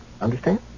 Understand